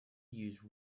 use